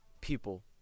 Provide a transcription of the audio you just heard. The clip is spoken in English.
people